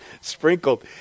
sprinkled